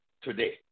today